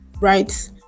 right